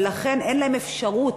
ולכן אין להם אפשרות,